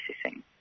processing